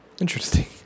Interesting